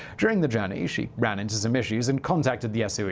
during the journey, she ran into some issues, and contacted the soe,